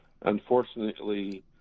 unfortunately